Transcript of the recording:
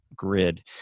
grid